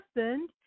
husband